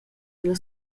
dalla